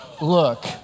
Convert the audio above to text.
look